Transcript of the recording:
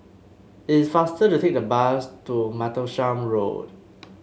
it is faster to take the bus to Martlesham Road